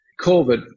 COVID